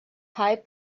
high